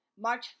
March